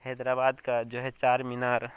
حیدر آباد کا جو ہے چار مینار